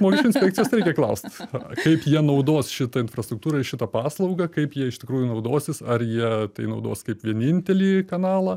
mokesčių inspekcijos reikia klaust kaip jie naudos šitą infrastruktūrą ir šitą paslaugą kaip jie iš tikrųjų naudosis ar jie tai naudos kaip vienintelį kanalą